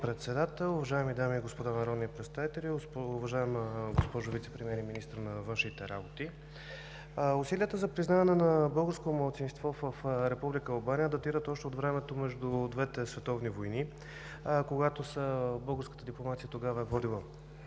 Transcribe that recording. Председател, уважаеми дами и господа народни представители, уважаема госпожо Вицепремиер и министър на външните работи! Усилията за признаване на българско малцинство в Република Албания датират още от времето между двете световни войни, когато българската дипломация е водила